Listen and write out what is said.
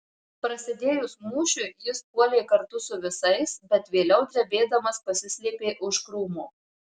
prasidėjus mūšiui jis puolė kartu su visais bet vėliau drebėdamas pasislėpė už krūmo